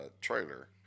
trailer